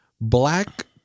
black